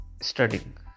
studying